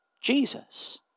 Jesus